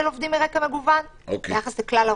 עובדים מרקע מגוון ביחס לכלל האוכלוסיות.